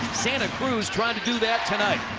santa cruz trying to do that tonight.